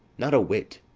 not a whit.